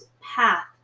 path